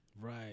Right